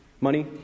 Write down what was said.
money